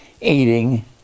eating